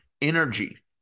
energy